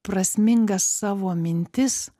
prasmingas savo mintis